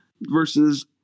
versus